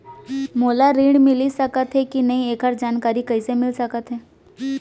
मोला ऋण मिलिस सकत हे कि नई एखर जानकारी कइसे मिलिस सकत हे?